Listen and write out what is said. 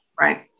right